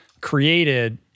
created